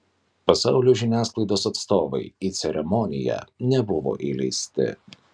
pasaulio žiniasklaidos atstovai į ceremoniją nebuvo įleisti